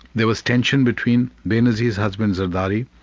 there was tension between benazir's husband, zardari,